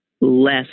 less